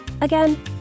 Again